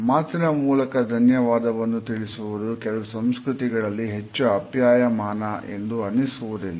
ಮಾತಿನ ಮೂಲಕ ಧನ್ಯವಾದವನ್ನು ತಿಳಿಸುವುದು ಕೆಲವು ಸಂಸ್ಕೃತಿಗಳಲ್ಲಿ ಹೆಚ್ಚು ಆಪ್ಯಾಯಮಾನ ಎಂದು ಅನಿಸುವುದಿಲ್ಲ